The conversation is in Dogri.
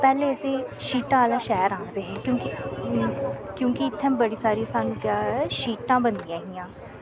पैह्ले इस्सी शीटा आह्ला शैह्र आखदे हे क्योंकि क्यूंकि इत्थै बड़ी सारी साह्नू क्या ऐ शीटां बनदियां हियां